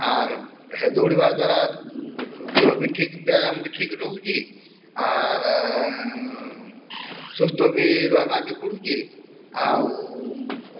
ଆର୍ ହେ ଦୌଡ଼ିବା ଦ୍ଵାରା ଦେହ ବି ଠିକ୍ ବ୍ୟାୟାମ୍ ବି ଠିକ୍ ରହୁଛି ଆର୍ ସୁସ୍ଥ ବି ରହେବାକେ ପଡ଼ୁଛି ଆଉ